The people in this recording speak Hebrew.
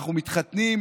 אנחנו מתחתנים,